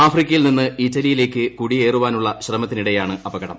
ആഫ്രിക്കയിൽ നിന്ന് ഇറ്റലിയിലേയ്ക്ക് കുടിയേറാനുള്ള ശ്രമത്തിനിടെയാണ് അപകടം